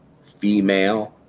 female